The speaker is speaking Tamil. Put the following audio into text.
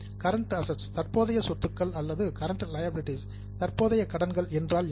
கரண்ட அசட்ஸ் தற்போதைய சொத்துக்கள் அல்லது கரெண்ட் லியாபிலிடீஸ் தற்போதைய கடன்கள் என்றால் என்ன